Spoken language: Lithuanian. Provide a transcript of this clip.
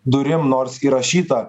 durim nors įrašyta